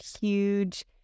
huge